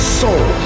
soul